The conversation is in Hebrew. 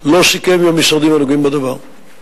עם המשרדים הנוגעים בדבר.